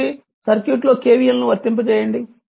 కాబట్టి సర్క్యూట్లో KVL ను వర్తింపజేయండి